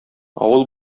авыл